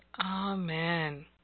amen